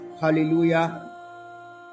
Hallelujah